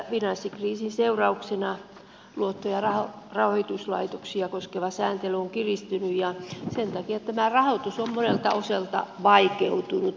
finanssikriisin seurauksena luotto ja rahoituslaitoksia koskeva sääntely on kiristynyt ja sen takia tämä rahoitus on monelta osalta vaikeutunut